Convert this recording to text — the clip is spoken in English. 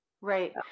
right